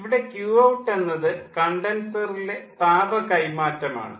ഇവിടെ Qout എന്നത് കണ്ടൻസറിലെ താപ കൈമാറ്റം ആണ്